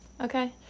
Okay